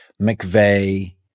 McVeigh